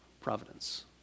Providence